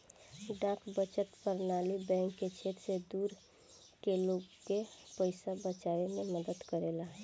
डाक बचत प्रणाली बैंक के क्षेत्र से दूर के लोग के पइसा बचावे में मदद करेला